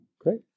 Great